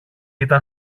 ήταν